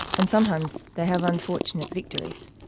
and sometimes they have unfortunate victories.